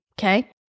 Okay